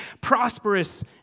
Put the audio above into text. prosperous